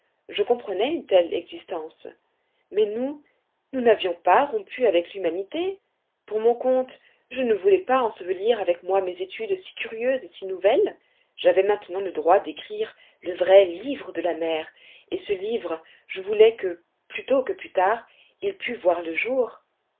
je comprenais une telle existence mais nous nous n'avions pas rompu avec l'humanité pour mon compte je ne voulais pas ensevelir avec moi mes études si curieuses et si nouvelles j'avais maintenant le droit d'écrire le vrai livre de la mer et ce livre je voulais que plus tôt que plus tard il pût voir le jour